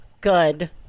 good